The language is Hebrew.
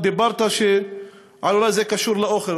אמרת שאולי זה קשור לאוכל.